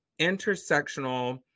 intersectional